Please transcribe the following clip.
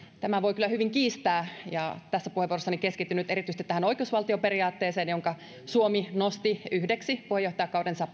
tämän voi kyllä hyvin kiistää tässä puheenvuorossani keskityn nyt erityisesti tähän oikeusvaltioperiaatteeseen jonka suomi nosti yhdeksi puheenjohtajakautensa